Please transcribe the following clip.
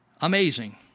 Amazing